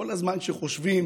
כל הזמן כשחושבים